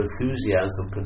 enthusiasm